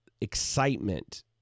excitement